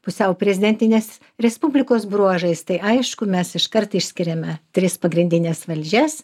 pusiau prezidentinės respublikos bruožais tai aišku mes iškart išskiriame tris pagrindines valdžias